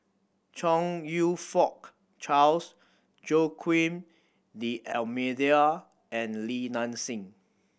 Chong You Fook Charles Joaquim D'Almeida and Li Nanxing